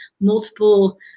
multiple